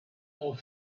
ont